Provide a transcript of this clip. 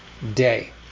Day